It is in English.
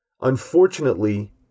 Unfortunately